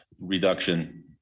reduction